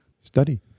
study